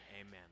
Amen